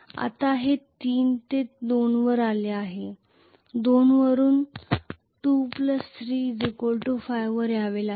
आता ते 3 ते 2 वर आले आहे 2 वरून ते 2 3 5 वर यावे लागेल